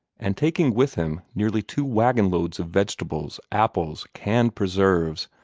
and taking with him nearly two wagon-loads of vegetables, apples, canned preserves,